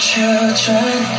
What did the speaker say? Children